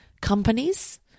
companies